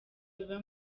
biba